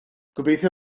gobeithio